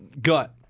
gut